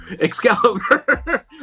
Excalibur